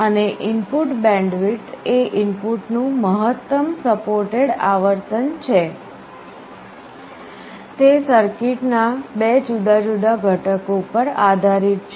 અને input bandwidth એ ઇનપુટનું મહત્તમ સપોર્ટેડ આવર્તન છે તે સર્કિટના બે જુદા જુદા ઘટકો પર આધારિત છે